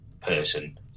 person